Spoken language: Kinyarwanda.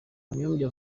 kanyombya